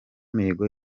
mihigo